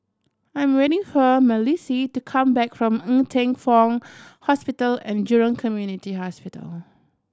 I am waiting for Malissie to come back from Ng Teng Fong Hospital And Jurong Community Hospital